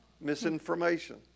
Misinformation